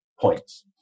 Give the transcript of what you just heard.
points